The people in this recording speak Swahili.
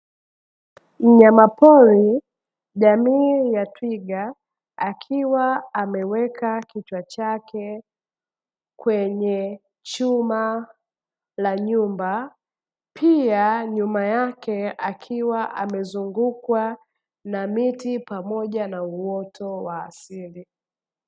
Mnyama pori jamii ya twiga, akiwa ameweka kichwa chake kwenye chuma la nyumba, pia nyuma yake akiwa amezungukwa na miti pamoja na uoto wa asili.